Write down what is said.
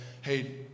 Hey